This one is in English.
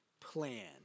plan